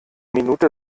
minute